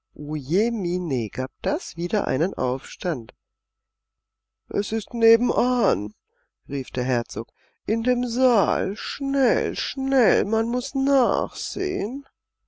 das wieder einen aufstand es ist nebenan rief der herzog in dem saal schnell schnell man muß nachsehen